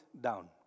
down